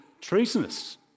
treasonous